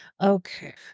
Okay